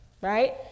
Right